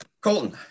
Colton